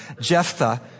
Jephthah